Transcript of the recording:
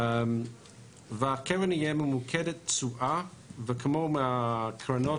והקרן תהיה ממוקדת תשואה וכמו הקרנות